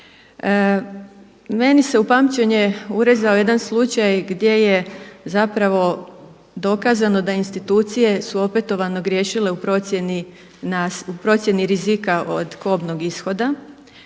Meni se u pamćenje urezao jedan slučaj gdje je dokazano da institucije su opetovano griješile u procjeni rizika od kobnog ishoda